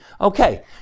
okay